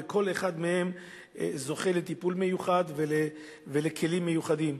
וכל אחד מהם זוכה לטיפול מיוחד ולכלים מיוחדים.